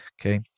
Okay